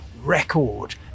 record